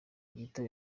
gito